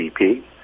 GDP